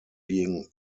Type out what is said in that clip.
being